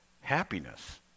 happiness